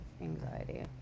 anxiety